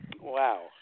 wow